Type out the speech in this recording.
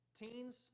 teens